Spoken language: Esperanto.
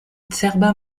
cerba